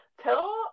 tell